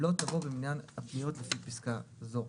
לא תבוא במניין הפ0ניו לפי פסקה זו.